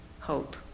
hope